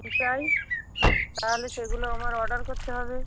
কী চাই তাহলে সেগুলো আমার অর্ডার করতে হবে